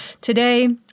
today